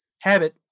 habit